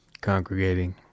congregating